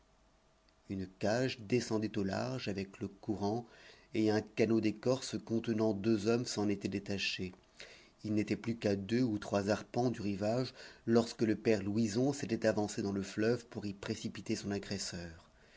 une cage descendait au large avec le courant et un canot d'écorce contenant deux hommes s'en était détaché il n'était plus qu'à deux ou trois arpents du rivage lorsque le père louison s'était avancé dans le fleuve pour y précipiter son agresseur